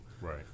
Right